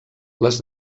les